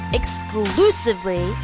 exclusively